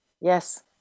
Yes